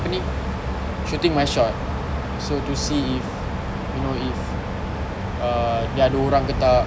apa ni shooting my shot so to see if you know if uh dia ada orang ke tak